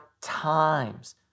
times